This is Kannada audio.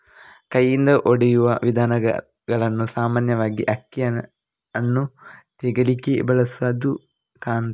ಕೈಯಿಂದ ಹೊಡೆಯುವ ವಿಧಾನಗಳನ್ನ ಸಾಮಾನ್ಯವಾಗಿ ಅಕ್ಕಿಯನ್ನ ತೆಗೀಲಿಕ್ಕೆ ಬಳಸುದು ಕಾಣ್ತದೆ